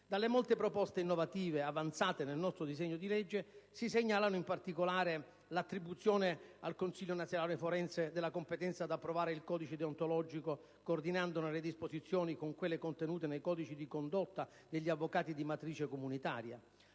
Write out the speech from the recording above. Delle molte proposte innovative avanzate nel nostro disegno di legge, si segnalano in particolare le seguenti: attribuzione al Consiglio nazionale forense della competenza ad approvare il codice deontologico, coordinandone le disposizioni con quelle contenute nei codici di condotta degli avvocati di matrice comunitaria;